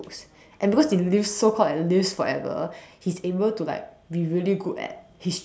and because he live so called like live forever he's able to like be really good at history